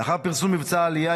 לאחר פרסום מבצע העלייה,